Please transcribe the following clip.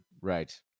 right